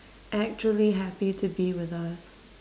actually happy to be with us